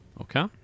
Okay